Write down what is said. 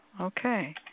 Okay